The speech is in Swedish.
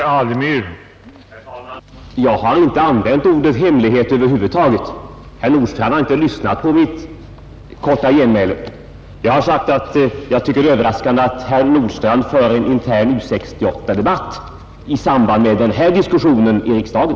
Herr talman! Jag har inte använt ordet hemligheter över huvud taget. Herr Nordstrandh har inte lyssnat på mitt korta genmäle. Jag har sagt att jag tycker att det är överraskande att herr Nordstrandh för en intern U 68-debatt i samband med denna diskussion i riksdagen.